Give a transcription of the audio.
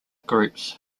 groups